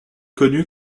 connu